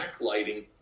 backlighting